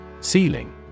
Ceiling